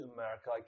America